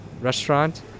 restaurant